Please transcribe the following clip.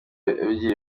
abigira